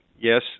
yes